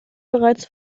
bereits